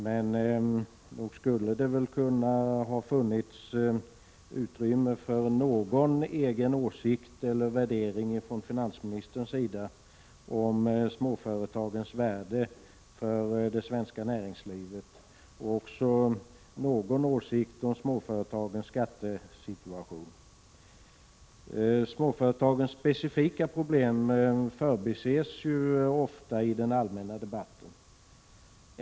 Men nog skulle det väl ha kunnat finnas utrymme för någon egen åsikt eller värdering från finansministerns sida om småföretagens värde för det svenska näringslivet och också någon åsikt om småföretagens skattesituation. Småföretagens specifika problem förbises ofta i den allmänna debatten.